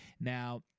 now